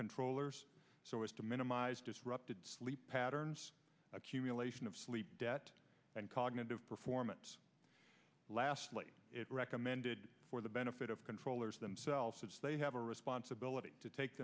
controllers so as to minimize disrupt sleep patterns accumulation of sleep debt and cognitive performance lastly it recommended for the benefit of controllers themselves they have a responsibility to take